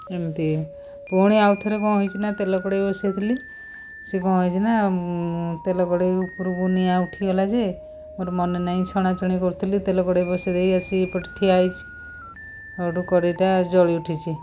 ଏମିତି ପୁଣି ଆଉ ଥରେ କ'ଣ ହେଇଛି ନା ତେଲ କଢ଼େଇ ବସେଇଥିଲି ସେ କ'ଣ ହେଇଛି ନା ତେଲ କଢ଼େଇ ଉପରକୁ ନିଆଁ ଉଠିଗଲା ଯେ ମୋର ମନେ ନାହିଁ ଛଣା ଛଣି କରୁଥିଲି ତେଲ କଢ଼େଇ ବସେଇଦେଇ ଆସି ଏପଟେ ଠିଆ ହେଇଛି ସେଇଠୁ କଢ଼େଇଟା ଜଳି ଉଠିଛି